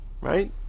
right